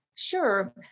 Sure